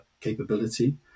capability